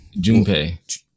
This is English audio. Junpei